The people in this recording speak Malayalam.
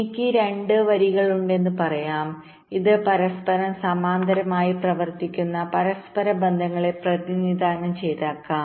എനിക്ക് 2 വരികളുണ്ടെന്ന് പറയാം ഇത് പരസ്പരം സമാന്തരമായി പ്രവർത്തിക്കുന്ന പരസ്പരബന്ധങ്ങളെ പ്രതിനിധാനം ചെയ്തേക്കാം